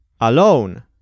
Alone